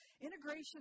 Integration